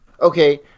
Okay